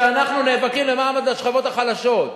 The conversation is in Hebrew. שאנחנו נאבקים למען השכבות החלשות.